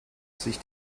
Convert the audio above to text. sich